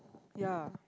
ya